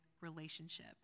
relationship